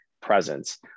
presence